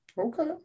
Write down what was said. Okay